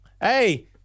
hey